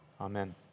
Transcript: Amen